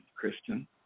Kristen